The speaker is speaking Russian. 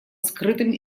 скрытым